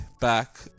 back